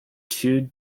two